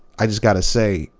i just got to say,